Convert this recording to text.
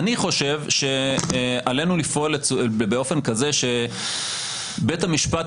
אני חושב שעלינו לפעול באופן כזה שבית המשפט